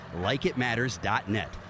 LikeItMatters.net